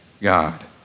God